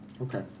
Okay